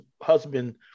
husband